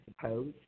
suppose